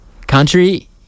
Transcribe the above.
country